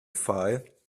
file